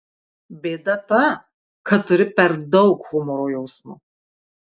bėda ta kad tu turi per daug humoro jausmo